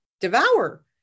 devour